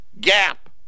Gap